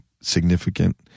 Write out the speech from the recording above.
significant